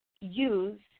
use